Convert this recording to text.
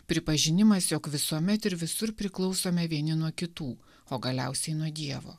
pripažinimas jog visuomet ir visur priklausome vieni nuo kitų o galiausiai nuo dievo